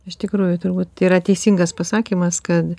iš tikrųjų turbūt yra teisingas pasakymas kad